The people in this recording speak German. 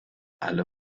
alle